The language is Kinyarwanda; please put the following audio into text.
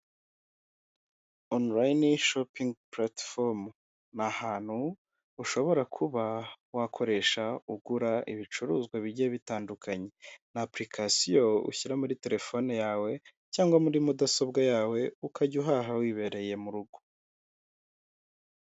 Onurayini shopingi puratifomu ni ahantu ushobora kuba wakoresha ugura ibicuruzwa bigiye bitandukanye, ni apurikasiyo ushyira muri telefone yawe cyangwa muri mudasobwa yawe ukajya uhaha wibereye mu rugo.